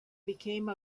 became